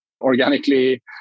organically